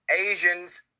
Asians